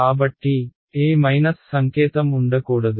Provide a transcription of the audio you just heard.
కాబట్టి ఏ మైనస్ సంకేతం ఉండకూడదు